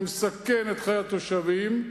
שמסכן את חיי התושבים,